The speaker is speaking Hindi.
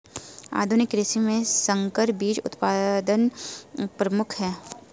आधुनिक कृषि में संकर बीज उत्पादन प्रमुख है